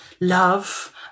love